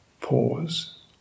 pause